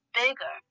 bigger